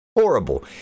Horrible